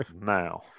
now